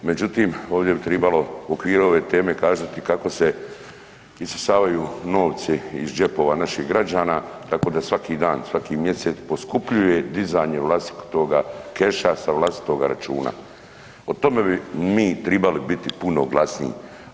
Međutim, ovdje bi tribalo u okviru ove teme kazati kako se isisavaju novci iz džepova naših građana tako da svaki dan, svaki mjesec poskupljuje dizanje vlastitoga keša sa vlastitoga računa, o tome bi mi tribali biti puno glasniji.